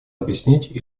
объяснить